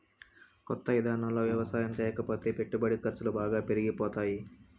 కొత్త ఇదానాల్లో యవసాయం చేయకపోతే పెట్టుబడి ఖర్సులు బాగా పెరిగిపోతాయ్